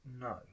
No